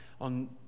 on